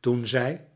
toen zij